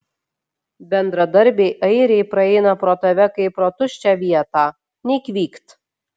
bendradarbiai airiai praeina pro tave kaip pro tuščią vietą nei kvykt